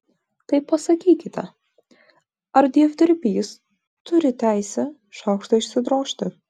tai pasakykite ar dievdirbys turi teisę šaukštą išsidrožti